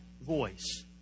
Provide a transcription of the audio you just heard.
voice